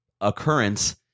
occurrence